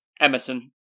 Emerson